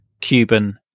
Cuban